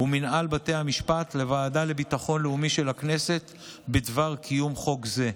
ומינהל בתי המשפט לוועדה לביטחון לאומי של הכנסת בדבר קיום חוק זה.